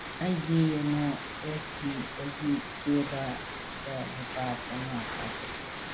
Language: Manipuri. ꯑꯩꯒꯤ ꯌꯣꯅꯣ ꯑꯦꯁ ꯕꯤꯗꯒꯤ ꯀꯦꯕꯗ ꯂꯨꯄꯥ ꯆꯥꯝꯃꯉꯥ ꯊꯥꯈꯣ